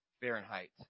Fahrenheit